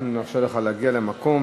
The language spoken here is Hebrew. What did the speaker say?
נרשה לך להגיע למקום,